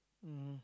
um